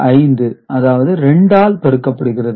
5 அதாவது 2 ஆல் பெருக்கபடுகிறது